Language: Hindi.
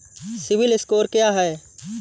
सिबिल स्कोर क्या है?